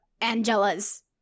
Angela's